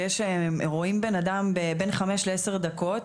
שהם רואים בן אדם בין חמש לעשר דקות,